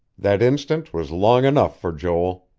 that instant was long enough for joel.